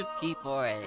people